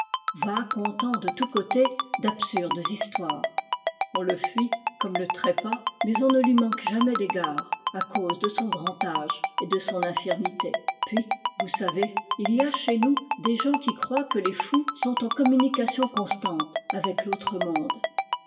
va contant de tous côtés d'absurdes histoires on le fuit comme le trépas mais on ne lui manque jamais d'égards à cause de son grand âge et de son infirmité puis vous savez il y a chez nous des gens qui croient que les fous sont en communication constante avec l'autre monde